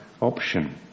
option